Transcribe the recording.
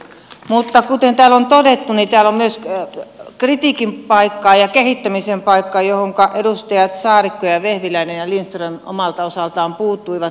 mutta kuten täällä on todettu niin täällä on myös kritiikin paikkaa ja kehittämisen paikkaa johonka edustajat saarikko ja vehviläinen ja lindström omalta osaltaan puuttuivat